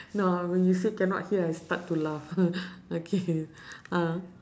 no ah when you said cannot hear I start to laugh okay uh